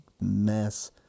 mess